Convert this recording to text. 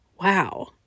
wow